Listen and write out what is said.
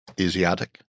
asiatic